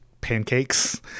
pancakes